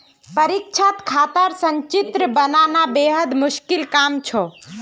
परीक्षात खातार संचित्र बनाना बेहद मुश्किल काम छ